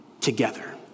together